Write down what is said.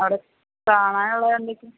അവിടെ കാണാനുള്ളത് എന്തൊക്കെ